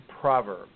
proverb